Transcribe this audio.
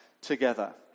together